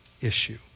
issue